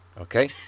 Okay